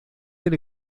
del